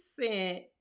Cent